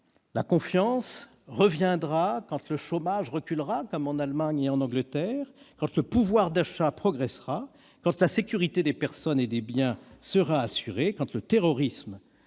La confiance reviendra quand le chômage reculera, comme en Allemagne et au Royaume-Uni, quand le pouvoir d'achat progressera, quand la sécurité des personnes et des biens sera assurée, quand le terrorisme